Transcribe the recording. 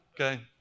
Okay